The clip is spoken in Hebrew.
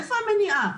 איפה המניעה?